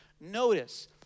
Notice